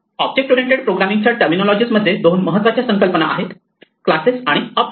object oriented programming च्या terminology मध्ये दोन महत्त्वाच्या संकल्पना आहेत क्लासेस आणि ऑब्जेक्ट